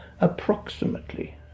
approximately